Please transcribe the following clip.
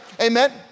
amen